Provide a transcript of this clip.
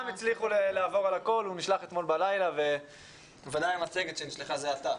הצליחו לעבור עליו מאחר והוא נשלח אתמול בלילה והמצגת נשלחה זה עתה.